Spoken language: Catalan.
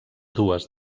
dues